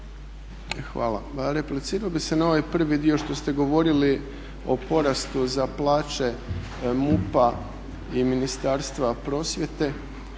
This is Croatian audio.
Hvala. Replicirao bih se na ovaj prvi dio što ste govorili o porastu za plaće MUP-a i Ministarstva prosvjete.